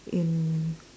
in